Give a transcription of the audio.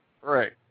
Right